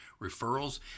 referrals